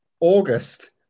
August